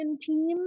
team